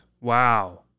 Wow